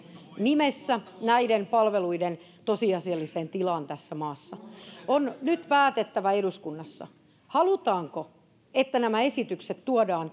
nimissä näiden palveluiden tosiasialliseen tilaan tässä maassa nyt on päätettävä eduskunnassa halutaanko että nämä esitykset tuodaan